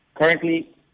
Currently